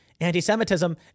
anti-Semitism